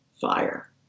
fire